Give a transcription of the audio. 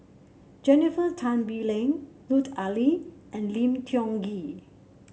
Jennifer Tan Bee Leng Lut Ali and Lim Tiong Ghee